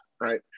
right